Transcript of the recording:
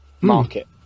market